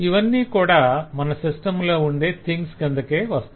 ఇవన్నీ కూడా మన సిస్టం లో ఉండే థింగ్స్ కిందకే వస్తాయి